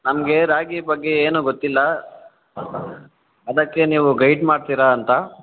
ನಮಗೆ ರಾಗಿ ಬಗ್ಗೆ ಏನು ಗೊತ್ತಿಲ್ಲ ಅದಕ್ಕೆ ನೀವು ಗೈಡ್ ಮಾಡ್ತೀರಾ ಅಂತ